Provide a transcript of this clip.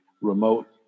remote